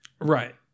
Right